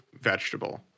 vegetable